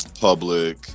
Public